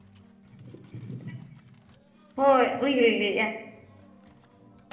ᱦᱳᱭ ᱟᱹᱞᱤᱧ ᱞᱤᱧ ᱞᱟᱹᱭᱮᱜᱼᱟ